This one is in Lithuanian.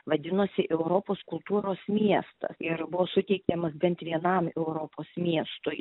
vadinosi europos kultūros miesta ir buvo suteikiamas bent vienam europos miestui